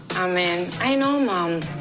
um and i know, mom.